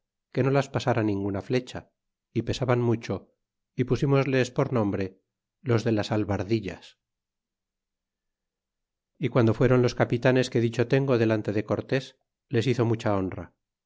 que no las pasara ninguna flecha y pesaban mucho y pusímosles por nombre los de las albardillas y piando fueron los capitanes que dicho tengo delante de cortés les hizo mucha honra